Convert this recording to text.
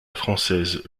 française